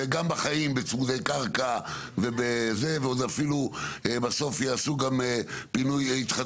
גם בחיים בצמודי קרקע ועוד אפילו בסוף יעשו גם התחדשות